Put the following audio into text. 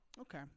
Okay